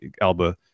Alba